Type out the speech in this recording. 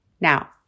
Now